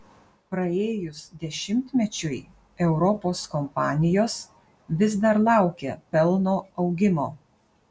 praėjus dešimtmečiui europos kompanijos vis dar laukia pelno augimo